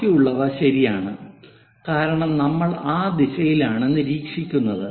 ബാക്കിയുള്ളവ ശരിയാണ് കാരണം നമ്മൾ ആ ദിശയിലാണ് നിരീക്ഷിക്കുന്നത്